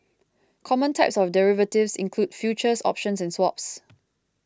common types of derivatives include futures options and swaps